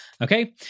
Okay